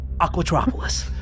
Aquatropolis